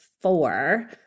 four